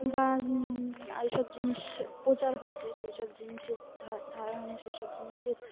বা এই সব জিনিস প্রচার হচ্ছে সেই সব জিনিসের ধারণা সেই সব জিনিসের